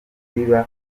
ntibiba